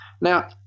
Now